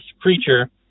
creature